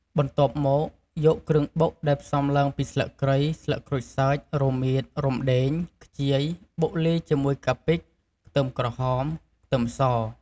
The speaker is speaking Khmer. បន្ទាប់់មកយកគ្រឿងបុកដែលផ្សំឡើងពីស្លឹកគ្រៃ ស្លឹកក្រូចសើច រមៀត រំដេង ខ្ជាយ បុកលាយជាមួយកាពិ ខ្ទឹមក្រហម ខ្ទឹមស។